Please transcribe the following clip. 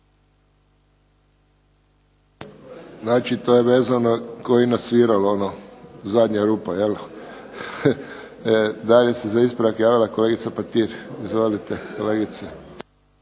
Znači to je vezano ko i na sviralo, ono zadnja rupa jel. Dalje se za ispravak javila kolegica Petir. Izvolite. **Petir,